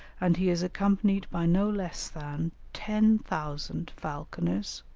and he is accompanied by no less than ten thousand falconers,